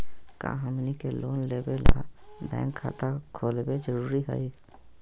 का हमनी के लोन लेबे ला बैंक खाता खोलबे जरुरी हई?